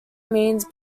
means